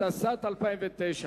התשס"ט 2009,